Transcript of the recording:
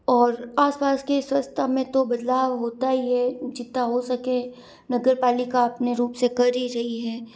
और आसपास की में तो बदलाव होता ही है जितना हो सके नगर पालिका अपने रूप से कर ही रही है